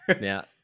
Now